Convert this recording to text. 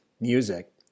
music